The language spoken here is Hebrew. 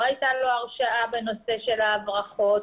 לא הייתה לו הרשענ בנושא של ההברחות,